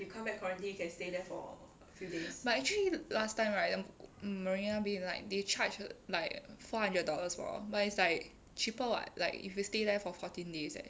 but actually last time right the marina bay like they charge like four hundred dollars for but is like cheaper [what] like if you stay there for fourteen days leh